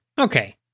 Okay